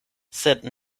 sed